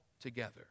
together